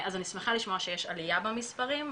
אני שמחה לשמוע שיש עלייה במספרים,